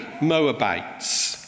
Moabites